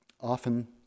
Often